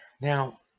now